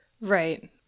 Right